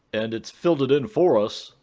and it's filled it in for us.